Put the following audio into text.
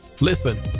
Listen